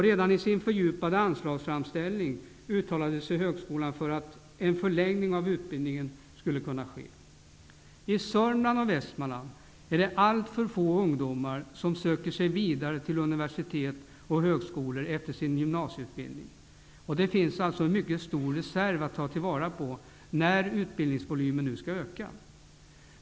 Redan i sin fördjupade anslagsframställning uttalade sig högskolan för att en förlängning av utbildningen skulle kunna ske. I Sörmland och Västmanland är det alltför få ungdomar som söker sig vidare till universitet och högskolor efter sin gymnasieutbildning. Här finns en mycket stor reserv att ta vara på när utbildningsvolymen nu skall öka.